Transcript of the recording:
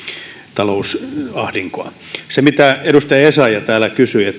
talousahdinkoa siihen mitä edustaja essayah täällä kysyi